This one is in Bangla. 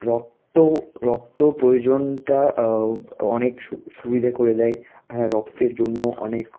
রক্ত রক্তর প্রয়োজনটা অনেক সুবিধে করে দেয় রক্তের জন্য অনেক